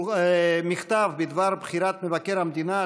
מכתב בדבר בחירת מבקר המדינה,